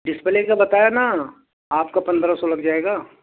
display کا بتایا نا آپ کا پندرہ سو لگ جائے گا